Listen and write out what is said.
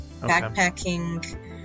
backpacking